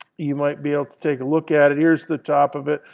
you might be able to take a look at it. here's the top of it.